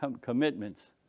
commitments